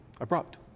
abrupt